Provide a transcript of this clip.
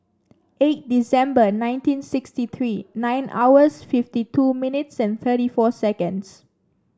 eight December nineteen sixty three nine hours fifty two minutes and thirty four seconds